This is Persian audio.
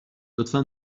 لطفا